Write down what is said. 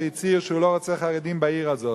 שהצהיר שהוא לא רוצה חרדים בעיר הזאת.